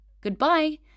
Goodbye